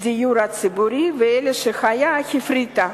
הדיור הציבורי, ואלה שהיו, הפריטה,